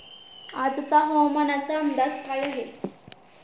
आजचा हवामानाचा अंदाज काय आहे?